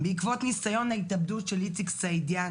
בעקבות ניסיון ההתאבדות של איציק סעידיאן